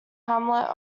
hamlet